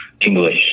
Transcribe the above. english